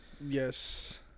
yes